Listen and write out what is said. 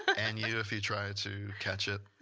and you if you try to catch it.